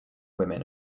women